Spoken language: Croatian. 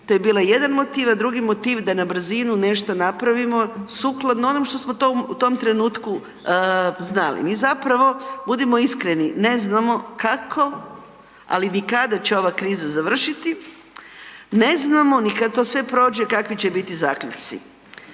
to je bio jedan motiv. A drugi motiv da na brzinu nešto napravimo, sukladno onomu što smo u tom trenutku znali. Mi zapravo, budimo iskreni, ne znamo kako, ali ni kada će ova kriza završiti, ne znamo ni kada to sve prođe kakvi će biti zaključci.